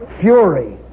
Fury